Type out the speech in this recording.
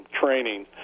training